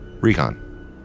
recon